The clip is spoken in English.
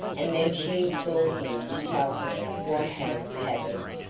and then she implored him to tell her what had happened.